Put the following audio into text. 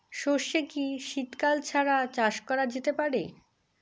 সর্ষে কি শীত কাল ছাড়া চাষ করা যেতে পারে?